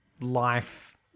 life